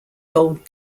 gold